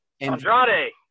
Andrade